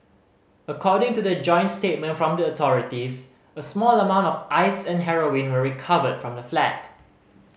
according to the joint statement from the authorities a small amount of ice and heroin were recovered from the flat